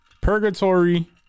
Purgatory